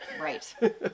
right